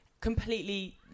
completely